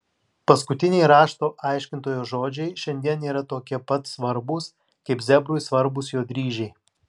paskutiniai rašto aiškintojo žodžiai šiandien yra tokie pat svarbūs kaip zebrui svarbūs jo dryžiai